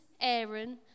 Aaron